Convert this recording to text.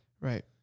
Right